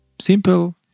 simple